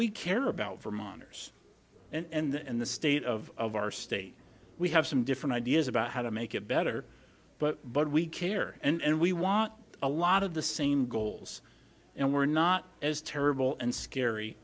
we care about for minors and the state of our state we have some different ideas about how to make it better but but we care and we want a lot of the same goals and we're not as terrible and scary